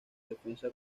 defensa